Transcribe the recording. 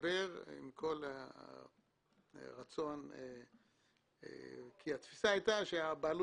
להתגבר עם כל הרצון כי התפיסה הייתה שהבעלות